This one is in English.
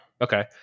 Okay